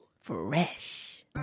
Fresh